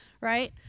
right